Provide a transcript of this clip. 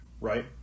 right